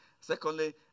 Secondly